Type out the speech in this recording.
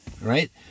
right